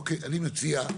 אוקיי, אני מציע,